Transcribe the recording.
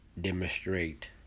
demonstrate